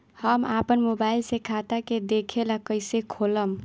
हम आपन मोबाइल से खाता के देखेला कइसे खोलम?